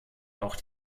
auch